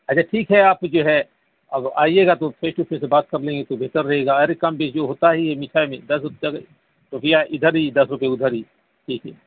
اچھا ٹھیک ہے آپ جو ہے اب آئیے گا تو فیس ٹو فیس بات کر لیں گے تو بہتر رہے گا ارے کمی بیشی ہوتا ہی ہے مٹھائی میں دس روپیہ روپیہ ادھر ہی دس روپیہ ادھر ہی ٹھیک ہے